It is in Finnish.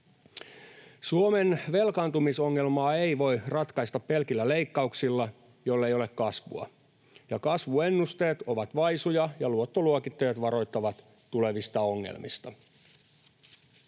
Suomen velkaantumisongelmaa ei voi ratkaista pelkillä leikkauksilla, jollei ole kasvua, ja kasvuennusteet ovat vaisuja, ja luottoluokittajat varoittavat tulevista ongelmista.